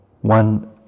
One